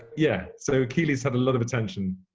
yeah, so keeley's had a lot of attention.